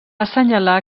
assenyalar